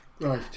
Right